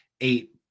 eight